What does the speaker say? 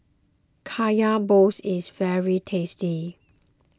Kaya Balls is very tasty